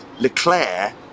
Leclerc